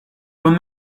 were